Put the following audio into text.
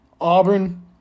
auburn